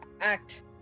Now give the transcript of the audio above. act